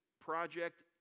project